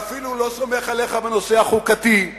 ואפילו לא סומך עליך בנושא החוקתי.